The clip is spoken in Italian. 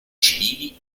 civili